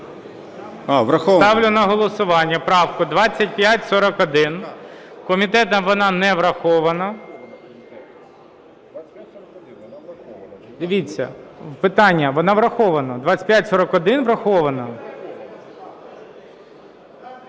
Ставлю на голосування правку 2541. Комітетом вона не врахована. Дивіться, питання – вона врахована. 2541 врахована.